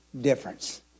difference